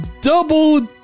Double